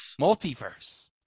Multiverse